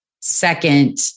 second